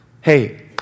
Hey